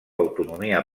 autonomia